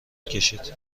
کشید